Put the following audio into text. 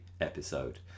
episode